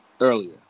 earlier